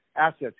assets